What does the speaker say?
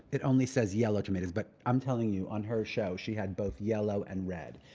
it only says yellow tomatoes. but i'm telling you, on her show she had both yellow and red.